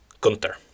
Gunther